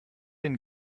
den